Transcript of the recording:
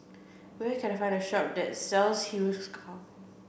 where can I find a shop that sells Hiruscar